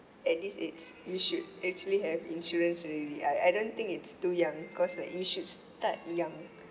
at least it's you should actually have insurance already I I don't think it's too young cause like you should start young